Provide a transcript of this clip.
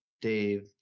Dave